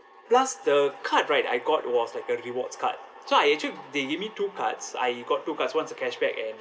plus the card right I got was like a rewards card so I actually they gave me two cards I got two cards one's a cashback and